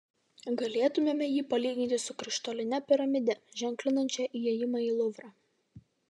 galėtumėme jį palyginti su krištoline piramide ženklinančia įėjimą į luvrą